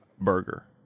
burger